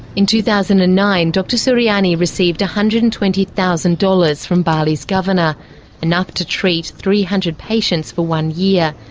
in two thousand and nine dr suryani received one hundred and twenty thousand dollars from bali's governor enough to treat three hundred patients for one year.